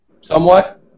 somewhat